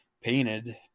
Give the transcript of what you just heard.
painted